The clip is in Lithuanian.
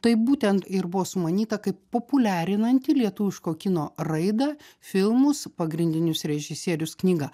tai būtent ir buvo sumanyta kaip populiarinanti lietuviško kino raidą filmus pagrindinius režisierius knyga